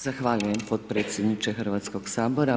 Zahvaljujem potpredsjedniče Hrvatskog sabora.